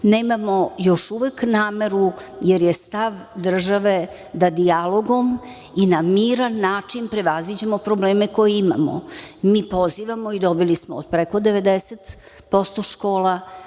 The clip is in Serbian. nemamo još uvek nameru, jer je stav države da dijalogom i na miran način prevaziđemo probleme koje imamo. Mi pozivamo i dobili smo od preko 90% škola